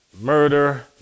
murder